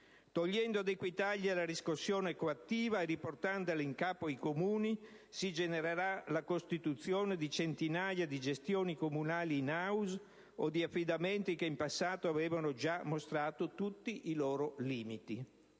Togliendo ad Equitalia la riscossione coattiva e riportandola in capo ai Comuni si genererà la costituzione di centinaia di gestioni comunali *in house* o di affidamenti che in passato avevano già mostrato tutti i loro limiti.